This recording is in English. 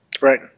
Right